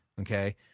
Okay